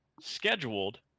scheduled